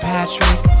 Patrick